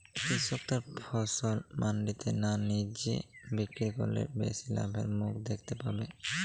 কৃষক তার ফসল মান্ডিতে না নিজে বিক্রি করলে বেশি লাভের মুখ দেখতে পাবে?